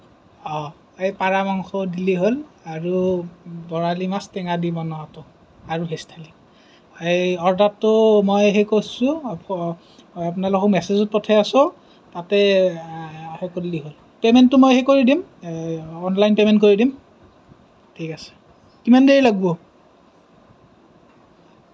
অঁ এই পাৰ মাংস দিলেই হ'ল আৰু বৰালি মাছ টেঙা দি বনোৱাটো আৰু ভেজ থালি এই অৰ্ডাৰটো মই হেৰি কৰিছোঁ আপোনালোকক মেছেজত পঠিয়াই আছো তাতে সেই কৰিলেই হ'ল পেমেন্টটো মই সেই কৰি দিম অনলাইন পেমেন্ট কৰি দিম ঠিক আছে কিমান দেৰি লাগিব